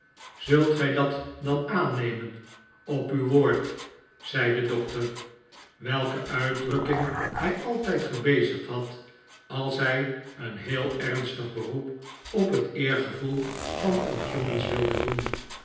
zult gij dat dan aannemen op uw woord zei de doctor welke uitdrukking hij altijd gebezigd had als hij een heel ernstig beroep op het eergevoel van ons jongens wilde doen